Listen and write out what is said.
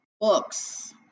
books